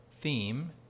theme